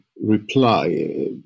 Reply